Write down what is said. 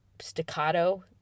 staccato